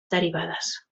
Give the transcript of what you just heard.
derivades